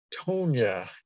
Tonya